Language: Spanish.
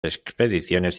expediciones